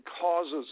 causes